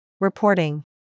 Reporting